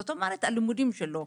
זאת אומרת הלימודים שלו.